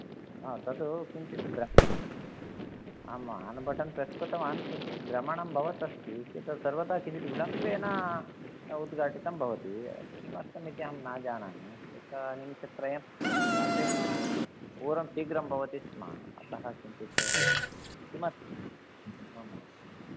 तद् किञ्चित् द्रश् आम् आन् बटन् प्रेस् कृतवान् किञ्चित् भ्रमणं भवत् अस्ति सर्वदा किञ्चित् विलम्बेन उद्घाटितं भवति किमर्थं इति अहं न जानामि इदानीं निमिशत्रयम् अपेक्षते पूर्वं शीघ्रं भवति स्म अतः किञ्चित् किमर्थं